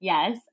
Yes